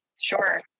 Sure